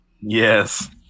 yes